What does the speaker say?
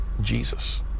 Jesus